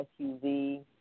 SUV